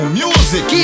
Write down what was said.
music